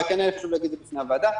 אבל היה לי חשוב לומר את זה לוועדה.